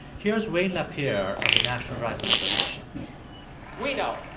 here's wayne lapierre of the national rifle association we know,